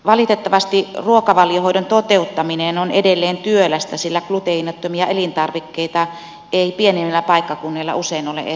valitettavasti ruokavaliohoidon toteuttaminen on edelleen työlästä sillä gluteenittomia elintarvikkeita ei pienillä paikkakunnilla usein ole edes saatavilla